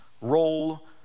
role